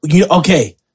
okay